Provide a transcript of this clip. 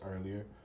earlier